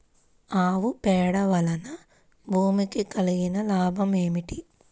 ఆవు పేడ వలన భూమికి కలిగిన లాభం ఏమిటి?